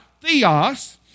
theos